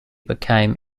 became